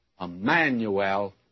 Emmanuel